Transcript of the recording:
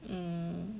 mm